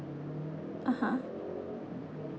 uh !huh!